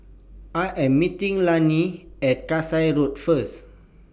I Am meeting Lanny At Kasai Road First